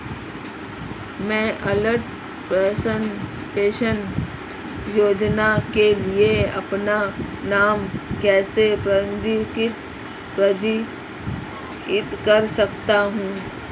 मैं अटल पेंशन योजना के लिए अपना नाम कैसे पंजीकृत कर सकता हूं?